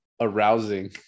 arousing